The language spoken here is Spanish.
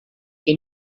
que